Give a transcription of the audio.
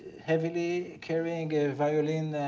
heavily carrying a violin